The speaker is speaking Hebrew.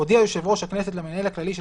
הודיע יושב ראש הכנסת למנהל הכללי של